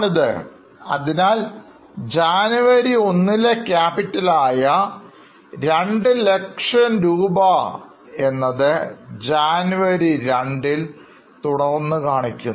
അതിനാൽ ജനുവരി 1ലെ capital ആയ 200000 രൂപ ജനുവരി 2 ൽ തുടർന്ന് കാണിക്കുന്നു